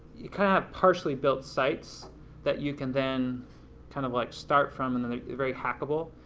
you kind of have partially built sites that you can then kind of like start from and then they're very hackable,